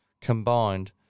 combined